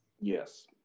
Yes